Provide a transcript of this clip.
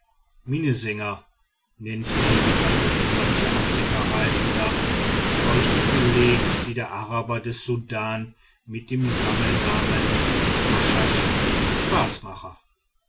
minnesänger nennt sie die phantasie mancher afrikareisender aber richtiger belegt sie der araber des sudan mit den sammelnamen haschasch